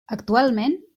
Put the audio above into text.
actualment